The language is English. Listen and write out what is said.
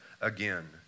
again